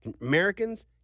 Americans